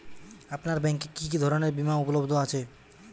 আপনার ব্যাঙ্ক এ কি কি ধরনের বিমা উপলব্ধ আছে?